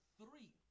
three